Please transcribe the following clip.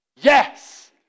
Yes